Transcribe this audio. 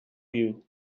you